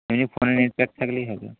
এমনি ফোনে net pack থাকলেই হবে